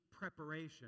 preparation